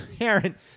Aaron